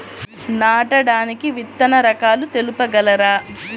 నాటడానికి విత్తన రకాలు తెలుపగలరు?